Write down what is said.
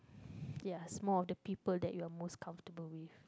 yes more of the people that you are most comfortable with